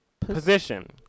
position